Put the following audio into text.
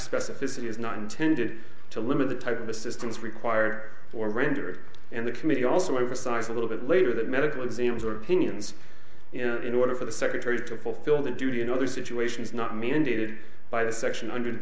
specificity is not intended to limit the type of assistance required for rendered and the committee also emphasize a little bit later that medical exams are opinions in order for the secretary to fulfil the duty in other situations not mandated by the section und